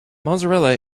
mozzarella